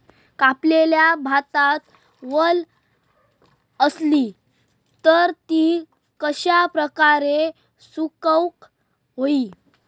कापलेल्या भातात वल आसली तर ती कश्या प्रकारे सुकौक होई?